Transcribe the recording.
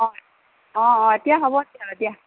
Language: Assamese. অঁ অঁ অঁ এতিয়া হ'ব